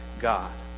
God